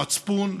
מצפון,